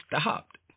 stopped